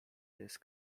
jest